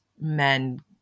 men